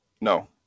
No